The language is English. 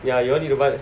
ya you all need to buy